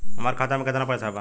हमार खाता में केतना पैसा बा?